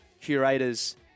curator's